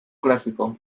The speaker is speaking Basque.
klasiko